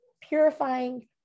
Purifying